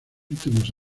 últimos